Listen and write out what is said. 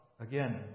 again